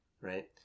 right